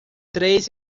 três